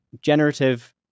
generative